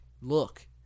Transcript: look